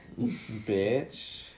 Bitch